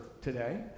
today